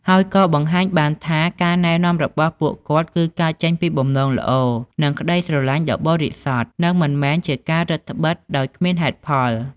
ហើយក៏បង្ហាញបានថាការណែនាំរបស់ពួកគាត់ គឺកើតចេញពីបំណងល្អ និងក្តីស្រឡាញ់ដ៏បរិសុទ្ធ និងមិនមែនជាការរឹតត្បិតដោយគ្មានហេតុផល។